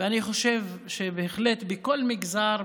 אני חושב שבהחלט מכל מגזר,